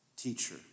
teacher